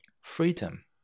Freedom